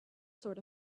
sort